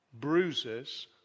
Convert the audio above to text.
Bruises